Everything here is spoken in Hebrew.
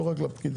לא רק לפקידים.